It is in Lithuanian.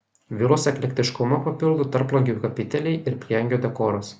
vilos eklektiškumą papildo tarplangių kapiteliai ir prieangio dekoras